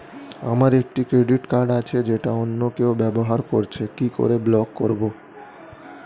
আমার একটি credit card আছে যেটা অন্য কেউ ব্যবহার করছে কি করে ব্লক করবো?